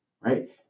right